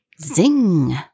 Zing